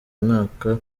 umwaka